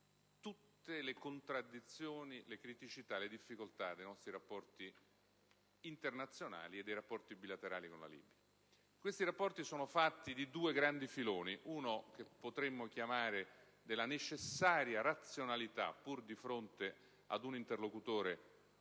tutte le contraddizioni, le criticità e le difficoltà dei nostri rapporti internazionali e dei rapporti bilaterali con la Libia. Questi rapporti sono fatti di due grandi filoni: il primo, che potremmo chiamare della necessaria razionalità, sia pur di fronte ad un interlocutore